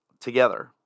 together